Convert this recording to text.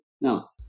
Now